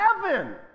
heaven